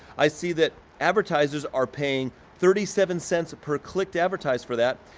i see that advertisers are paying thirty seven cents per click to advertise for that.